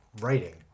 writing